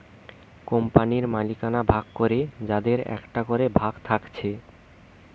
কোম্পানির মালিকানা ভাগ করে যাদের একটা করে ভাগ থাকছে